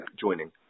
joining